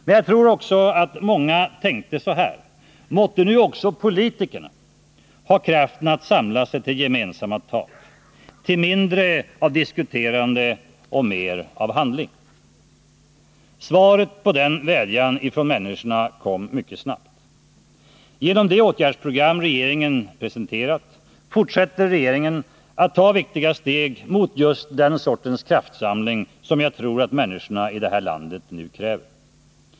Men jag tror också att många tänkte så här: måtte nu också politikerna ha kraften att samla sig till gemensamma tag, till mindre av diskuterande och mer av handling. Svaret på denna vädjan från människorna kom mycket snabbt. Genom det åtgärdsprogram regeringen presenterat tas ett första viktigt steg mot den sortens kraftsamling som jag tror att människorna i det här landet nu kräver.